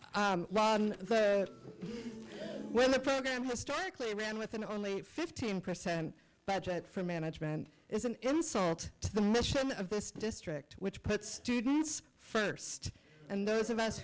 when the program historically ran with an only fifteen percent budget for management is an insult to the mission of this district which puts students first and those of us